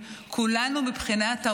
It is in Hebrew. הוא לא מבחין בין יהודים ללא יהודים.